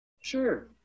Sure